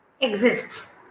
exists